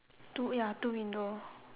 two ya two window